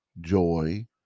joy